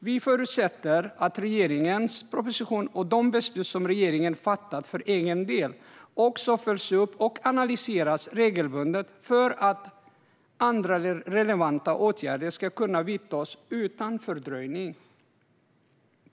Vi förutsätter att regeringens proposition och de beslut som regeringen för egen del har fattat regelbundet följs upp och analyseras för att andra relevanta åtgärder ska kunna vidtas utan fördröjning.